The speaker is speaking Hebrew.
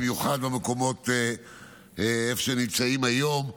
במיוחד במקומות שהם נמצאים בהם היום,